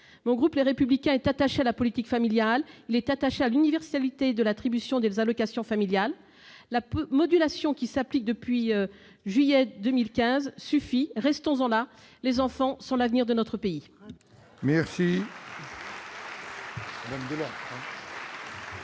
Mon groupe, Les Républicains, est attaché à la politique familiale, à l'universalité de l'attribution des allocations familiales. La modulation qui s'applique depuis juillet 2015 suffit. Restons-en là ! Les enfants sont l'avenir de notre pays !